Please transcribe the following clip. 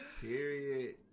Period